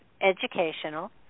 educational